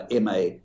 MA